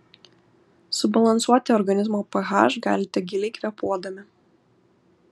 subalansuoti organizmo ph galite giliai kvėpuodami